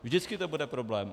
Vždycky to bude problém.